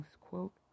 quote